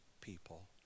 people